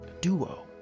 duo